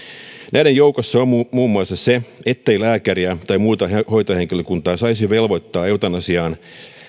näiden joukossa on muun muassa se ettei lääkäriä tai muuta hoitohenkilökuntaa saisi velvoittaa eutanasian